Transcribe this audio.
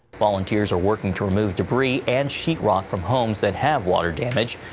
volunteers are working to remove debris and sheet rock from homes that have water damage.